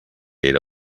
era